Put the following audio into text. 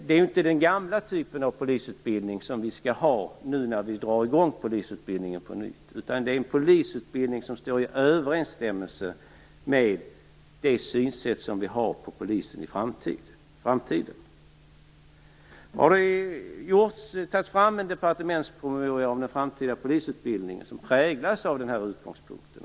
Det är inte den gamla typen av polisutbildning vi skall ha nu när vi drar i gång polisutbildningen på nytt, utan en polisutbildning som står i överensstämmelse med det synsätt vi har på polisen i framtiden. En departementspromemoria om den framtida polisutbildningen har tagits fram, som präglas av den här utgångspunkten.